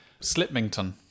Slipmington